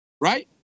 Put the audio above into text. right